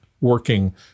working